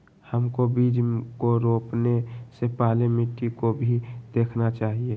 हमको बीज को रोपने से पहले मिट्टी को भी देखना चाहिए?